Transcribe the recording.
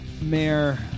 Mayor